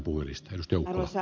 arvoisa puhemies